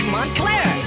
Montclair